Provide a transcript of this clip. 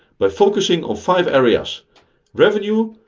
by focusing on five areas revenue,